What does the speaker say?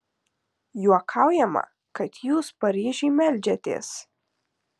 juokaujama kad jūs paryžiui meldžiatės